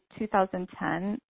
2010